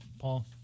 Paul